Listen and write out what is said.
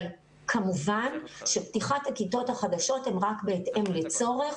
אבל כמובן שפתיחת הכיתות החדשות הן רק בהתאם לצורך.